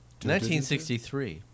1963